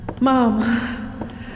Mom